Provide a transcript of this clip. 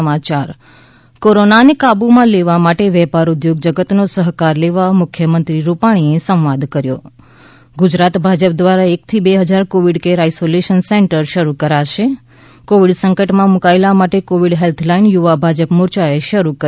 સ કોરોનાને કાબુમાં લેવા મા ટે વેપાર ઉદ્યોગ જગતનો સહકાર લેવા મુખ્યમંત્રી રૂપાણીએ સંવાદ કર્યો ૈ ગુજરાત ભાજપ દવારા એકથી બે હજાર કોવિડ કેર આઇસોલેશન સેન્ટર શરૂ કરાશે ે કોવિડ સંકટમાં મુકાયેલાં માટે કોવિડ હેલ્પ લાઈન યુવા ભાજપ મોરચાએ શરૂ કરી